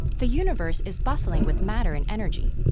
the universe is bustling with matter and energy.